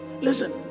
Listen